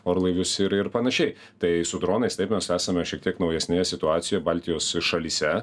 orlaivius ir ir panašiai tai su dronais taip mes esame šiek tiek naujesnėje situacijo baltijos šalyse